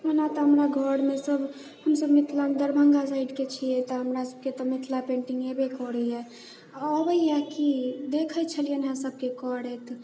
ओना तऽ हमरा घरमे सब हमसब मिथिला दरभङ्गा साइडके छिऐ तऽ हमरा सबके तऽ मिथिला पेंटिङ्ग एबे करैए अबैए की देखैत छलिऐ हँ सबके करैत